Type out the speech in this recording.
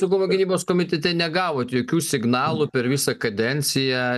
saugumo gynybos komitete negavot jokių signalų per visą kadenciją